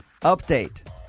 update